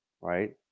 right